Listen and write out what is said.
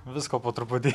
visko po truputį